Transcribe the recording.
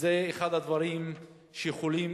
זה הטיפול הנכון,